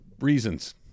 reasons